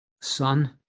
son